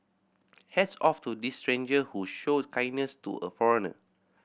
hats off to this stranger who showed kindness to a foreigner